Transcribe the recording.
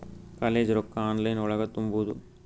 College ರೊಕ್ಕ online ಒಳಗ ತುಂಬುದು?